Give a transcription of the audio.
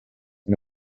and